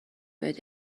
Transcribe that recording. بهت